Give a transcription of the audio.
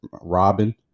Robin